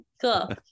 cool